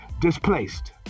displaced